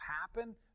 happen